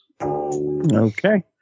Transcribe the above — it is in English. okay